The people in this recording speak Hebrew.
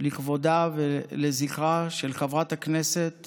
לכבודה ולזכרה של חברת הכנסת